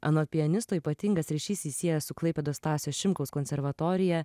anot pianisto ypatingas ryšys jį sieja su klaipėdos stasio šimkaus konservatorija